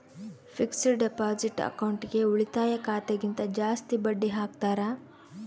fixed deposit ಅಕೌಂಟ್ಗೆ ಉಳಿತಾಯ ಖಾತೆ ಗಿಂತ ಜಾಸ್ತಿ ಬಡ್ಡಿ ಹಾಕ್ತಾರ